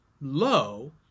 low